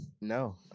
No